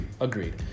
Agreed